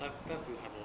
他那只喊我们 eh